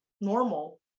normal